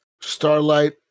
Starlight